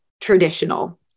traditional